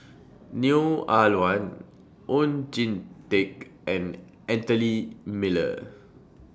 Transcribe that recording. Neo Ah Luan Oon Jin Teik and Anthony Miller